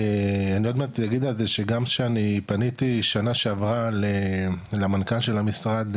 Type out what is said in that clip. אני עוד מעט אגיד שגם שאני פניתי שנה שעברה למנכ"ל של המשרד,